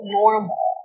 normal